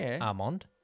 Armand